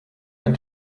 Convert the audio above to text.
ein